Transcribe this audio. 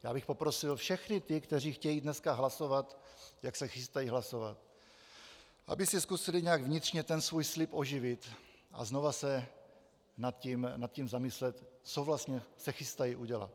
Já bych poprosil všechny ty, kteří chtějí dneska hlasovat, jak se chystají hlasovat, aby si zkusili nějak vnitřně ten svůj slib oživit a znova se nad tím zamyslet, co vlastně se chystají udělat.